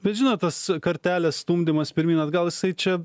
bet žinot tas kartelės stumdymas pirmyn atgal jisai čia